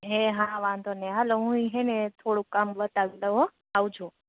એ હા વાંધો નઇ હાલો હુંએ હેને થોંળુંક કામ પતાવી દઉ હો આવજો